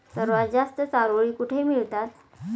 सर्वात जास्त चारोळी कुठे मिळतात?